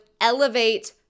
elevate